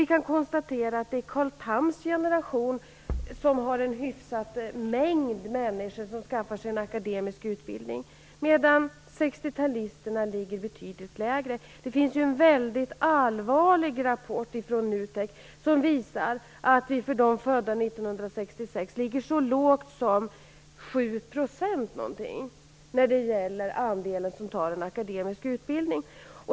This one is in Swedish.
Vi kan konstatera att det i Carl Thams generation finns en hyfsad mängd människor som skaffar sig en akademisk utbildning, medan 60 talisterna ligger på en betydligt lägre nivå. Det finns ju en väldigt allvarlig rapport från NUTEK, som visar att de som är födda 1966 ligger så lågt som ca 7 % när det gäller den andel som väljer en akademisk utbildning.